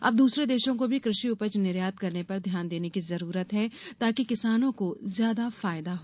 अब दूसरे देशों को भी कृषि उपज निर्यात करने पर ध्यान देने की जरूरत है ताकि किसानों को ज्यादा फायदा हो